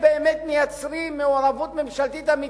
באמת מייצרים מעורבות ממשלתית אמיתית,